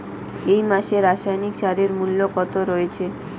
এই মাসে রাসায়নিক সারের মূল্য কত রয়েছে?